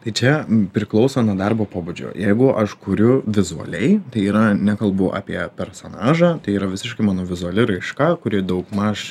tai čia priklauso nuo darbo pobūdžio jeigu aš kuriu vizualiai tai yra nekalbu apie personažą tai yra visiška mano vizuali raiška kuri daugmaž